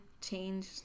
change